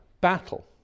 battle